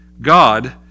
God